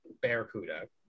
barracuda